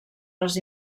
les